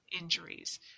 injuries